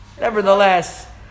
Nevertheless